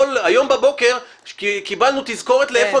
היום בבוקר קיבלנו תזכורת היכן אנחנו